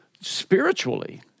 spiritually